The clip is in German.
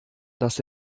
das